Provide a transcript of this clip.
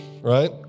right